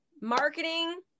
marketing